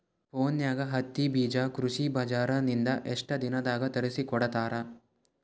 ಫೋನ್ಯಾಗ ಹತ್ತಿ ಬೀಜಾ ಕೃಷಿ ಬಜಾರ ನಿಂದ ಎಷ್ಟ ದಿನದಾಗ ತರಸಿಕೋಡತಾರ?